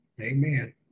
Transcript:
Amen